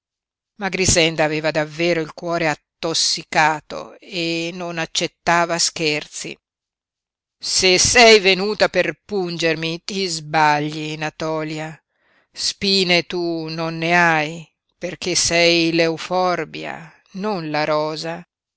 ma grixenda aveva davvero il cuore attossicato e non accettava scherzi se sei venuta per pungermi ti sbagli natòlia spine tu non ne hai perché sei l'euforbia non la rosa